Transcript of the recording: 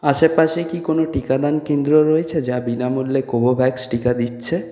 আশেপাশে কি কোনও টিকাদান কেন্দ্র রয়েছে যা বিনামূল্যে কোভোভ্যাক্স টিকা দিচ্ছে